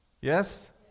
Yes